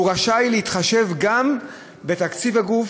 והוא רשאי להתחשב גם בתקציב הגוף